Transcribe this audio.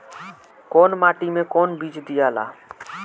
कौन माटी मे कौन बीज दियाला?